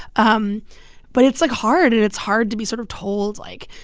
um but it's, like, hard. and it's hard to be sort of told, like,